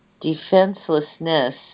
Defenselessness